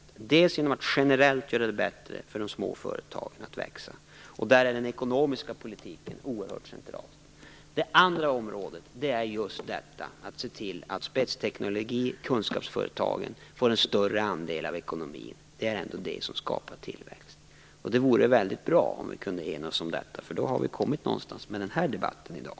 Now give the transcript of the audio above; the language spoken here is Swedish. För det första kan man generellt göra det lättare för de små företagen att växa, och där är den ekonomiska politiken oerhört central. För det andra kan man se till att spetsteknologin och kunskapsföretagen får en större andel av ekonomin. Det är ändå det som skapar tillväxt. Det vore väldigt bra om vi kunde enas om detta, för då har vi kommit någonstans med den här debatten i dag.